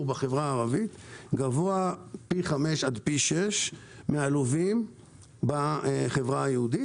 בחברה הערבית גבוה פי חמישה עד פי שישה מן הלווים בחברה היהודית.